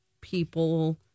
people